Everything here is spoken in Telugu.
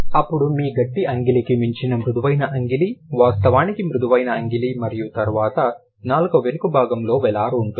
అప్పుడు మీ గట్టి అంగిలికి మించిన మృదువైన అంగిలి వాస్తవానికి మృదువైన అంగిలి మరియు తర్వాత నాలుక వెనుక భాగంలో వెలార్ ఉంటుంది